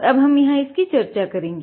अब हम यहाँ इसकी चर्चा करेंगे